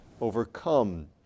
overcome